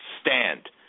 stand